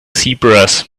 zebras